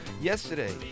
Yesterday